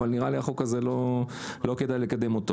לא כדאי לקדם.